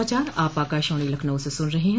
यह समाचार आप आकाशवाणी लखनऊ से सुन रहे हैं